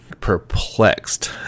perplexed